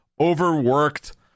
Overworked